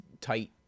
tight